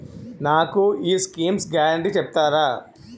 నాకు ఈ schemes guarantee చెప్తారా?